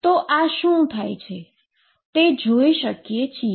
તો આ શું થાય છે તે જોઈ શકીએ છીએ